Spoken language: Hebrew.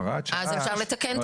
הוראת שעה --- אז אפשר לתקן את החוק.